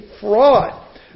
fraud